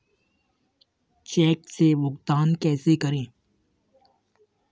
Check से भुगतान कैसे करें?